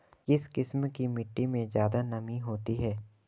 किस किस्म की मिटटी में ज़्यादा नमी होती है?